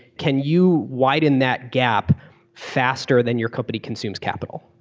can you widen that gap faster than your company consumes capital?